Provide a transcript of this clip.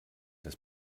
das